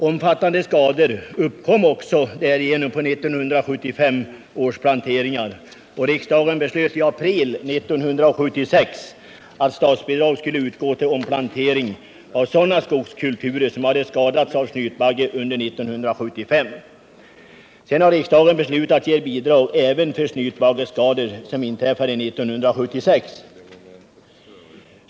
Omfattande skador uppkom också därigenom på 1975 års planteringar, och riksdagen beslöt i april 1976 att statsbidrag skulle utgå till omplantering av sådana skogskulturer som hade skadats av snytbagge under 1975. Sedan har riksdagen beslutat ge bidrag även för snytbaggeskador som inträffade 1976.